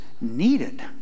needed